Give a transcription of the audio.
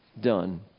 Done